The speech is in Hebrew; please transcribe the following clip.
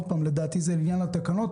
ולדעתי זה עניין לתקנות,